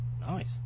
nice